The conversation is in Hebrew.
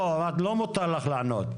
לא, לא מותר לך לענות.